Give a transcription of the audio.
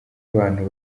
abantu